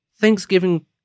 Thanksgiving